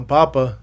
Papa